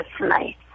tonight